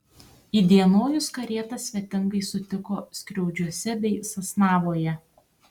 įdienojus karietas svetingai sutiko skriaudžiuose bei sasnavoje